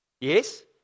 Yes